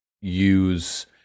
use